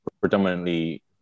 predominantly